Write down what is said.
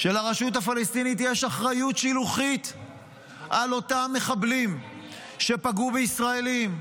שלרשות הפלסטינית יש אחריות שילוחית על אותם מחבלים שפגעו בישראלים,